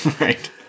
Right